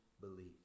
believe